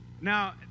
Now